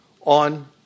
on